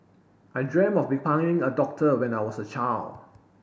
I dream of becoming a doctor when I was a child